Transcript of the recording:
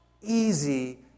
easy